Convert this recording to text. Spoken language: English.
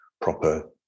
proper